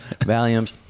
Valiums